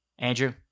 Andrew